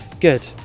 good